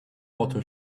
auto